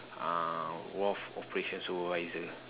uh wharf operations supervisor